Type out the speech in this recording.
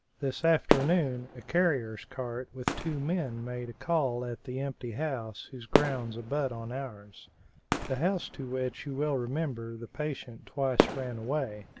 this afternoon a carrier's cart with two men made a call at the empty house whose grounds abut on ours the house to which, you will remember, the patient twice ran away.